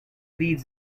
leads